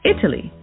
Italy